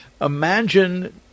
imagine